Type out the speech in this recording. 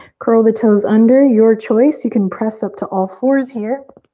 curl the toes under, your choice, you can press up to all fours here